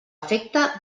efecte